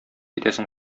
итәсең